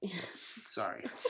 Sorry